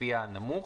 לפי הנמוך.